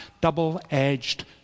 double-edged